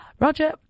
Roger